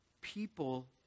People